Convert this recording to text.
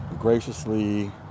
graciously